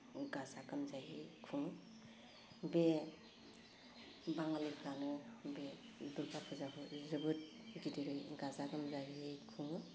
गाजा गोमजायै खुङो बे बाङालिफ्रानो बे दुर्गा फुजाखौ गोबोथ गिदिरै गाजा गोमजायै खुङो